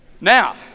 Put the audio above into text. Now